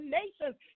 nations